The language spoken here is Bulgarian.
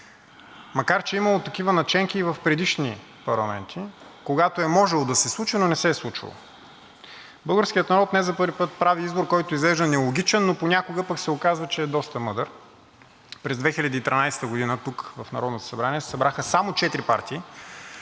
Макар че е имало такива наченки и в предишни парламенти, когато е можело да се случи, но не се е случвало. Българският народ не за първи път прави избор, който изглежда нелогичен, но понякога пък се оказва, че е доста мъдър. През 2013 г. тук в Народното събрание се събраха само четири